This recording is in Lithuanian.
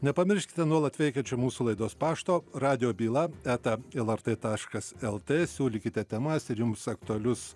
nepamirškite nuolat veikiančio mūsų laidos pašto radijo byla eta lrt taškas lt siūlykite temas ir jums aktualius